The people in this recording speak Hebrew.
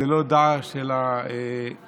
זה לא דאעש אלא איראן,